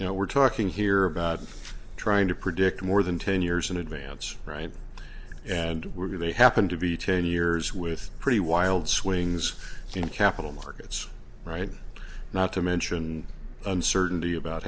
know we're talking here about trying to predict more than ten years in advance right and were they happened to be ten years with pretty wild swings in capital markets right not to mention uncertainty about